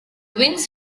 wings